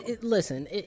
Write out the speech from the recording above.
Listen